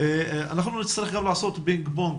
אנחנו נצטרך גם לעשות פינג פונג,